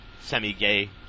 semi-gay